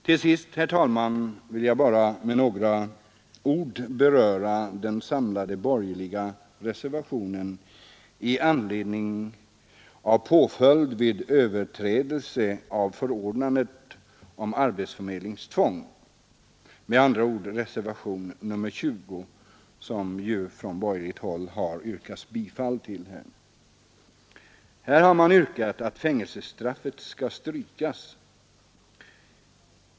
Till sist, herr talman, vill jag bara med några ord beröra den samlade borgerliga reservationen i anledning av påföljd vid överträdelse av förordnandet om arbetsförmedlingstvång — med andra ord reservationen 20, som det från borgerligt håll har yrkats bifall till. Här har man yrkat att fängelsestraffet skall strykas.